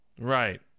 Right